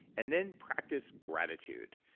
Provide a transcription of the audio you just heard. and then practice gratitude.